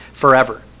forever